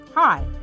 Hi